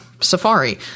Safari